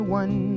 one